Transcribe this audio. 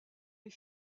les